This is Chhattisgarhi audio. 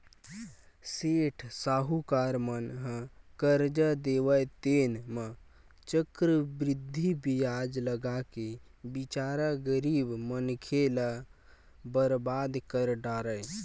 सेठ साहूकार मन ह करजा देवय तेन म चक्रबृद्धि बियाज लगाके बिचारा गरीब मनखे ल बरबाद कर डारय